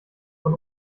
von